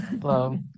hello